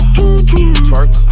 Twerk